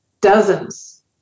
dozens